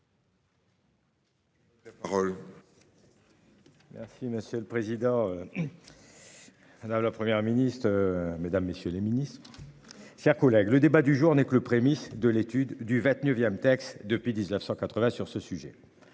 Merci monsieur le président. Madame, la Première ministre. Mesdames, messieurs les Ministres. Chers collègues, le débat du jour n'est que le prémices de l'étude du 29ème texte depuis 1980 sur ce sujet.